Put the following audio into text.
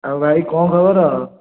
ଆଉ ଭାଇ କ'ଣ ଖବର